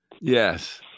Yes